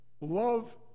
love